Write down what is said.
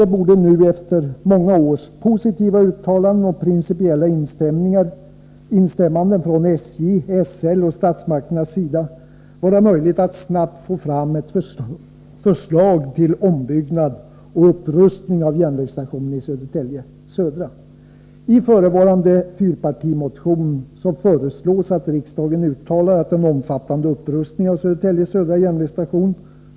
Det borde nu, efter många års positiva uttalanden och principiella instämmanden från SJ, SL och statsmakterna, vara möjligt att snabbt få fram ett förslag till ombyggnad och upprustning av järnvägsstationen Södertälje Södra.